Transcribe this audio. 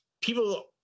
people